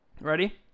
Ready